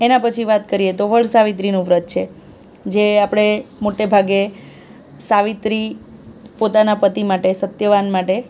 એનાં પછી વાત કરીએ તો વટ સાવિત્રીનું વ્રત છે જે આપણે મોટે ભાગે સાવિત્રી પોતાના પતિ માટે સત્યવાન માટે